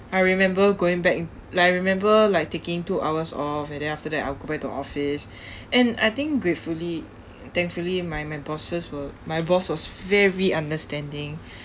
I remember going back in like I remember like taking two hours off and then after that I'll go back to the office and I think gratefully thankfully my my bosses were my boss was very understanding